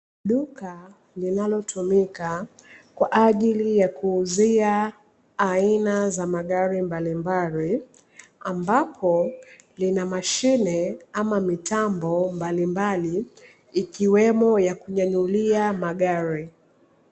Duka linalotumika kwa ajili ya kuuzia aina za magari mbalimbali, ambapo lina mashine ama mitambo mbalimbali, ikiwemo ya kunyanyulia magari.